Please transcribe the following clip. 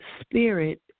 spirit